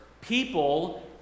people